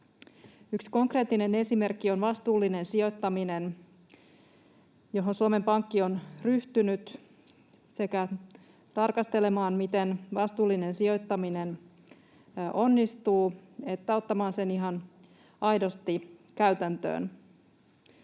Yksi konkreettinen esimerkki on vastuullinen sijoittaminen, johon Suomen Pankki on ryhtynyt: sekä tarkastelemaan sitä, miten vastuullinen sijoittaminen onnistuu, että ottamaan sen ihan aidosti käytäntöön.